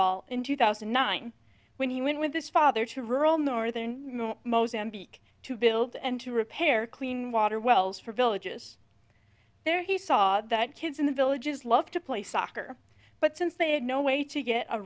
ball in two thousand and nine when he went with this father to rural northern mozambique to build and to repair clean water wells for villages there he saw that kids in the villages loved to play soccer but since they had no way to get a